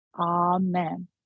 Amen